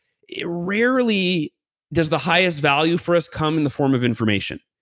it rarely does the highest value for us come in the form of information.